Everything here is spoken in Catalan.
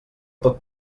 tot